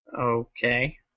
Okay